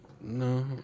no